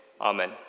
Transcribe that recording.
amen